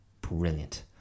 brilliant